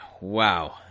Wow